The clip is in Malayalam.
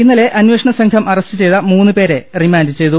ഇന്നലെ അന്വേഷണ സംഘം അറസ്റ്റ് ചെയ്ത മൂന്ന് പേരെ റിമാൻഡ് ചെയ്തു